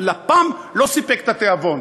לפ"מ לא סיפק את התיאבון.